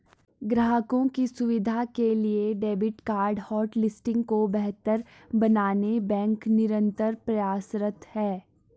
ग्राहकों की सुविधा के लिए डेबिट कार्ड होटलिस्टिंग को बेहतर बनाने बैंक निरंतर प्रयासरत है